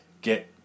get